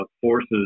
forces